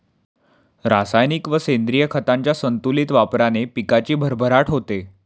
रासायनिक व सेंद्रिय खतांच्या संतुलित वापराने पिकाची भरभराट होते